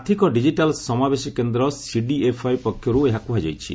ଆର୍ଥକ ଡିଜିଟାଲ ସମାବେଶ କେନ୍ଦ୍ରସିଡିଏଫଆଇ ପକ୍ଷରୁ ଏହା କୁହାଯାଇଛି